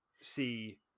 see